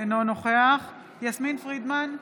אינו נוכח יסמין פרידמן,